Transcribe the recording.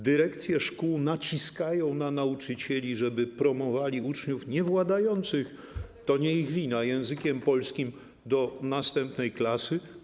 Dyrekcje szkół naciskają na nauczycieli, żeby promowali uczniów niewładających, to nie ich wina, językiem polskim do następnej klasy.